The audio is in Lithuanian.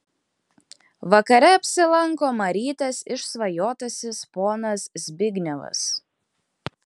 vakare apsilanko marytės išsvajotasis ponas zbignevas